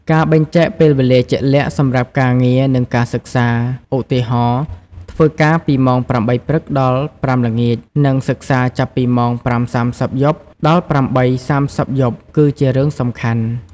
ការបែងចែកពេលវេលាជាក់លាក់សម្រាប់ការងារ និងការសិក្សា ឧទាហរណ៍ ធ្វើការពីម៉ោង ៨ ព្រឹក ដល់ ៥ ល្ងាច និងសិក្សាចាប់ពីម៉ោង ៥:៣០ យប់ ដល់ ៨:៣០ យប់ គឺជារឿងសំខាន់។